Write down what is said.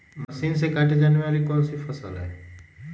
Machine से काटे जाने वाली कौन सी फसल है?